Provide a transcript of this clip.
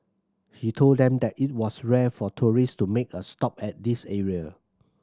he told them that it was rare for tourist to make a stop at this area